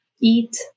eat